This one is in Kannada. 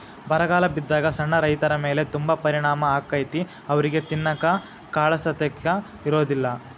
ಬರಗಾಲ ಬಿದ್ದಾಗ ಸಣ್ಣ ರೈತರಮೇಲೆ ತುಂಬಾ ಪರಿಣಾಮ ಅಕೈತಿ ಅವ್ರಿಗೆ ತಿನ್ನಾಕ ಕಾಳಸತೆಕ ಇರುದಿಲ್ಲಾ